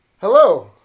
Hello